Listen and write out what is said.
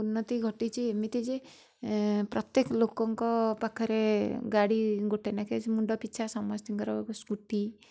ଉନ୍ନତି ଘଟିଛି ଏମିତି ଯେ ପ୍ରତ୍ଯେକ ଲୋକଙ୍କ ପାଖରେ ଗାଡ଼ି ଗୋଟେ ନେଖେ ମୁଣ୍ଡପିଛା ସମସ୍ତିଙ୍କର ସ୍କୁଟି